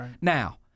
Now